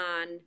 on